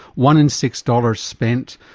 one in six dollars spent,